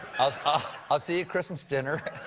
i will ah ah see you at christmas dinner.